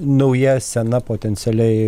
nauja scena potencialiai